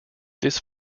this